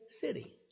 city